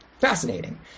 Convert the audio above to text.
Fascinating